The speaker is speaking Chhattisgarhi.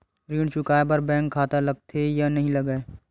ऋण चुकाए बार बैंक खाता लगथे या नहीं लगाए?